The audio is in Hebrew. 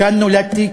כאן נולדתי,